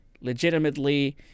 legitimately